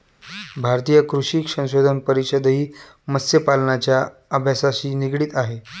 भारतीय कृषी संशोधन परिषदही मत्स्यपालनाच्या अभ्यासाशी निगडित आहे